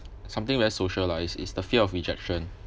something like socialise is the fear of rejection